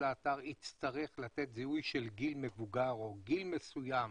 לאתר יצטרך לתת זיהוי של גיל מבוגר או גיל מסוים,